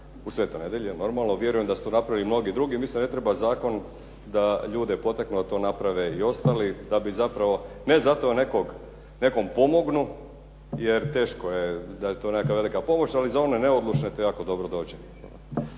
u Svetoj Nedelji, vjerujem da su to napravili i mnogi drugi. Mislim da ne treba zakon da ljude potakne da to naprave i ostali da bi zapravo ne zato da nekom pomognu jer teško da je to neka velika pomoć ali za one neodlučne to jako dobro dođe.